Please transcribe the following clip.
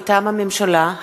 מטעם הממשלה,